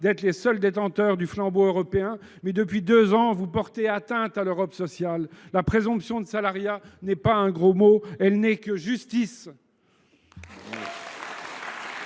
d’être les seuls détenteurs du flambeau européen, mais, depuis deux ans, vous portez atteinte à l’Europe sociale ! La présomption de salariat n’est pas un gros mot ; elle n’est que justice